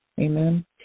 Amen